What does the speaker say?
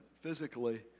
physically